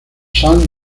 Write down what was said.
sun